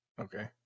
okay